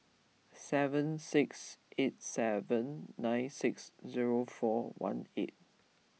seven six eight seven nine six zero four one eight